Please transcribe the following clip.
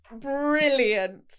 brilliant